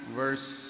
verse